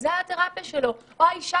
יש לי נשים